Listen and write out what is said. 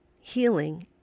healing